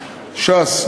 ש"ס,